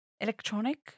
Electronic